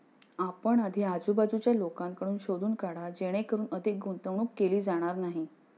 आपण आधी आजूबाजूच्या लोकांकडून शोधून काढा जेणेकरून अधिक गुंतवणूक केली जाणार नाही